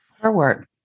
Forward